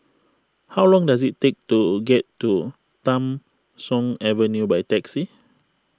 how long does it take to get to Tham Soong Avenue by taxi